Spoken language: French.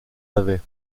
avait